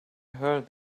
heard